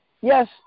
Yes